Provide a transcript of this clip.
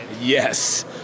Yes